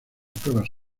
pruebas